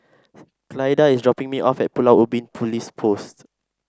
Clyda is dropping me off at Pulau Ubin Police Post